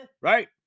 right